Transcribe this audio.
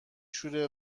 شوره